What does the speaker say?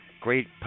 great